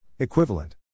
Equivalent